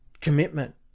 Commitment